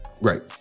Right